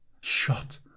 shot